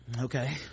Okay